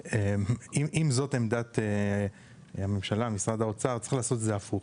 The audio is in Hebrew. שאם זו עמדת משרד האוצר צריך לעשות את זה הפוך.